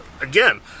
again